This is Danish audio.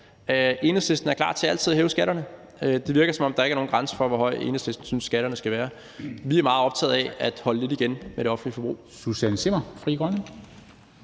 Enhedslisten er altid klar til at hæve skatterne, og det virker, som om der ikke er nogen grænse for, hvor høj Enhedslisten synes skatterne skal være, mens vi er meget optaget af at holde lidt igen med det offentlige forbrug.